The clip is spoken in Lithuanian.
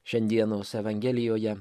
šiandienos evangelijoje